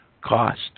cost